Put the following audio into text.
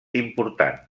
important